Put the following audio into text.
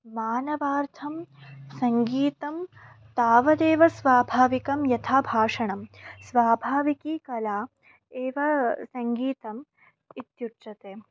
मानवार्थं सङ्गीतं तावदेव स्वाभाविकं यथा भाषणं स्वाभाविकी कला एव सङ्गीतम् इत्युच्यते